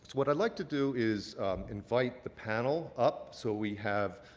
what i'd like to do is invite the panel up. so we have